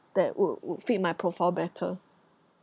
that would would fit my profile better